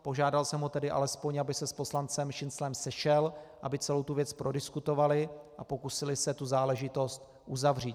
Požádal jsem ho tedy alespoň, aby se s poslancem Šinclem sešel, aby celou tu věc prodiskutovali a pokusili se tu záležitost uzavřít.